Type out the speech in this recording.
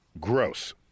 Gross